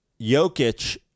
Jokic